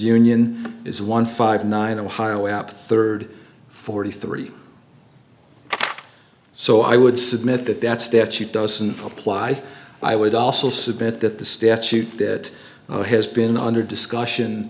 union is one five nine ohio up third forty three so i would submit that that statute doesn't apply i would also submit that the statute that has been under discussion